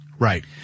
Right